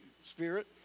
Spirit